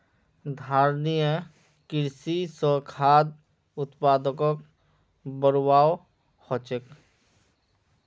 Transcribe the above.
धारणिये कृषि स खाद्य उत्पादकक बढ़ववाओ ह छेक